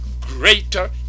greater